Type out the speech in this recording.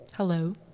Hello